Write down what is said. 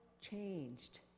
changed